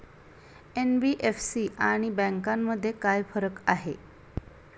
NBFC आणि बँकांमध्ये काय फरक आहे?